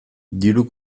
diru